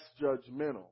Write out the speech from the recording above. judgmental